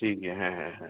ঠিক হ্যাঁ হ্যাঁ হ্যাঁ হ্যাঁ